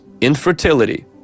infertility